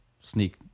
sneak